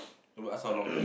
to what us how long